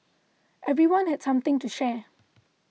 everyone had something to share